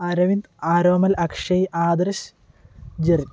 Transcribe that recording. Aravind Aromal Akshay Adarsh Jerin